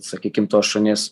sakykim tuos šunis